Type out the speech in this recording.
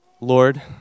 Lord